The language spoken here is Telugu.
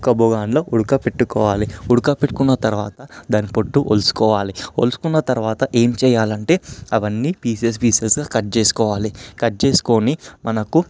ఒక బగోనీలో ఉడకబెట్టుకోవాలి ఉడకపెట్టుకున్న తరువాత దాని పొట్టు ఒలుచుకోవాలి ఒలుచుకున్న తరువాత ఏం చేయాలంటే అవన్నీ పీసెస్ పీసెస్గా కట్ చేసుకోవాలి కట్ చేసుకొని మనకు